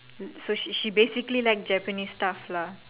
so she basically like Japanese stuff lah